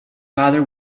father